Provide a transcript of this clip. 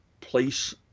place